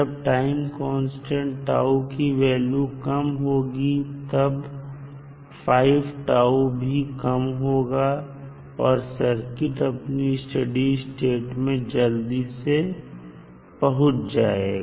जब time constant τ की value कम होगी तब 5τ भी कम होगा और सर्किट अपनी स्टडी स्टेट में जल्दी से पहुंच जाएगा